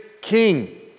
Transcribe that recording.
king